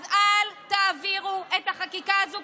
אל תעבירו את החקיקה הזו,